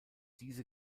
diese